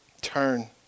Turn